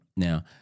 Now